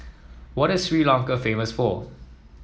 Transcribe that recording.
what is Sri Lanka famous for